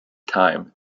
time